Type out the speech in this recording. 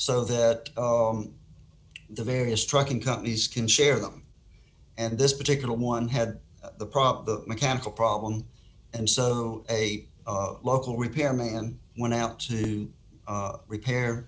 so that the various trucking companies can share them and this particular one had the problem mechanical problem and so a local repairman went out to repair